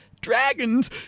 dragons